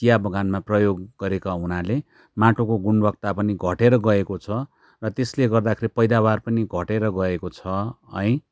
चिया बगानमा प्रयोग गरेका हुनाले माटोको गुणवत्ता पनि घटेर गएको छ र त्यसले गर्दाखेरि पैदावार पनि घटेर गएको छ है